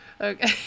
Okay